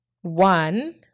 one